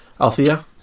Althea